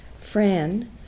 Fran